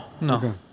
No